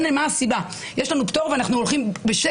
אבל בפועל זה גרם נזק כפול ומכופל לאנשים שזקוקים לדבר הזה.